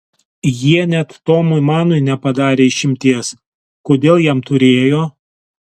jie net tomui manui nepadarė išimties kodėl jam turėjo